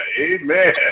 amen